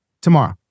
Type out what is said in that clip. tomorrow